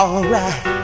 Alright